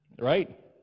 Right